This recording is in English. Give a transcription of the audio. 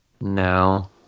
No